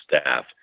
staff